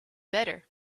better